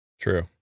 True